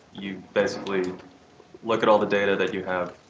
you basically look at all the data that you have,